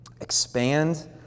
expand